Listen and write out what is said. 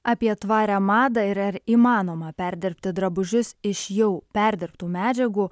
apie tvarią madą ir ar įmanoma perdirbti drabužius iš jau perdirbtų medžiagų